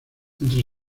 entre